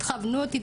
תכוונו אותי,